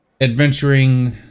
adventuring